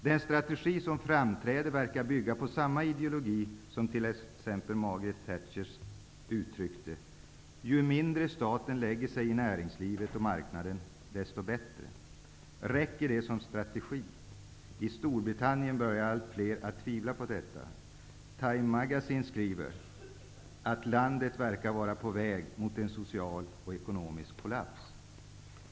Den strategi som framträder verkar bygga på samma ideologi som t ex Margaret Thatcher uttryckte: Ju mindre staten lägger sig i näringslivet och marknaden, desto bättre. Räcker det som strategi? I Storbritannien börjar allt fler tvivla på detta.'' Samuelsson skriver vidare att Time Magazine konstaterar att ''-- landet verkar vara på väg mot en social och ekonomisk kollaps.